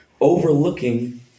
overlooking